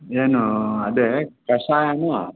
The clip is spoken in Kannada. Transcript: ಏನು ಅದೇ ಕಷಾಯನ